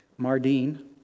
Mardine